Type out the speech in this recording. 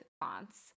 fonts